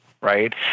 right